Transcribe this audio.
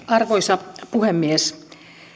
arvoisa puhemies